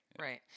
Right